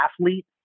athlete